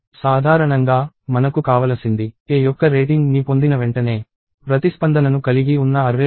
సాధారణంగా మనకు కావలసింది a యొక్క రేటింగ్ ని పొందిన వెంటనే ప్రతిస్పందనను కలిగి ఉన్న అర్రే లొకేషన్లో a చేయాలనుకుంటున్నాము